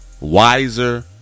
wiser